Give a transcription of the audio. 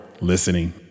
listening